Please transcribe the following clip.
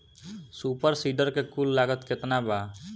Super seeder के कुल लागत केतना बा?